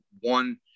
one